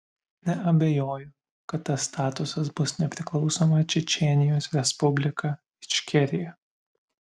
neabejoju kad tas statusas bus nepriklausoma čečėnijos respublika ičkerija